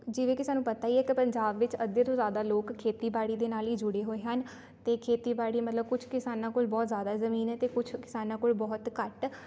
ਜਿਵੇਂ ਕਿ ਸਾਨੂੰ ਪਤਾ ਹੀ ਹੈ ਕਿ ਪੰਜਾਬ ਵਿੱਚ ਅੱਧੇ ਤੋਂ ਜ਼ਿਆਦਾ ਲੋਕ ਖੇਤੀਬਾੜੀ ਦੇ ਨਾਲ ਹੀ ਜੁੜੇ ਹੋਏ ਹਨ ਅਤੇ ਖੇਤੀਬਾੜੀ ਮਤਲਬ ਕੁਝ ਕਿਸਾਨਾਂ ਕੋਲ ਬਹੁਤ ਜ਼ਿਆਦਾ ਜ਼ਮੀਨ ਅਤੇ ਕੁਝ ਕਿਸਾਨਾਂ ਕੋਲ ਬਹੁਤ ਘੱਟ